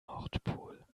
nordpol